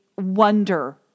wonder